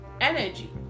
energy